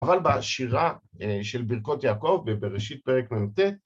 אבל בשירה של ברכות יעקב ובראשית פרק נ"ט